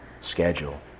schedule